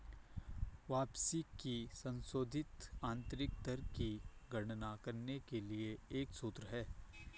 वापसी की संशोधित आंतरिक दर की गणना करने के लिए एक सूत्र है